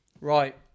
Right